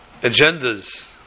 agendas